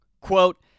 quote